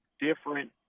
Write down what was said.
different